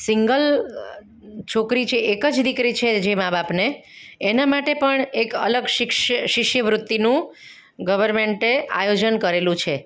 single છોકરી છે એક જ દીકરી છે જે મા બાપને એનાં માટે પણ એક અલગ શિક્ષ શિષ્યવૃત્તિનું ગવર્મેન્ટે આયોજન કરેલું છે